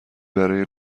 برای